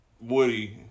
Woody